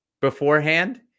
beforehand